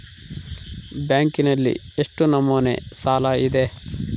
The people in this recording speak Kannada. ಬ್ಯಾಂಕಿನಲ್ಲಿ ಎಷ್ಟು ನಮೂನೆ ಸಾಲ ಇದೆ?